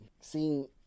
seeing